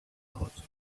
lot